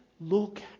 Look